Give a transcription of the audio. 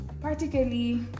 particularly